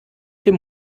dem